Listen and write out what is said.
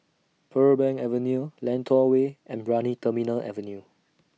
Pearl Bank Avenue Lentor Way and Brani Terminal Avenue